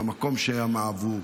מהמקום שהם אהבו,